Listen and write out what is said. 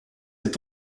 est